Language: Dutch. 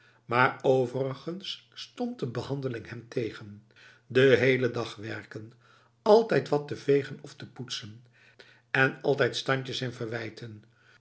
maar overigens stond de behandeling hem tegen de hele dag werken altijd wat te vegen ofte poetsen en altijd standjes en verwijten